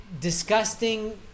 disgusting